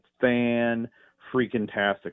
fan-freaking-tastic